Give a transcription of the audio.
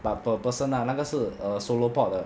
but per person lah 那个是 err solo pot 的